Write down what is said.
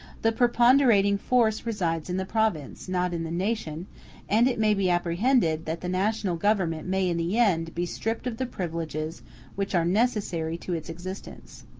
the preponderating force resides in the province, not in the nation and it may be apprehended that the national government may in the end be stripped of the privileges which are necessary to its existence.